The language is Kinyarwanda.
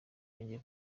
yongeye